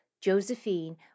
Josephine